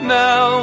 now